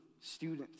students